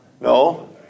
No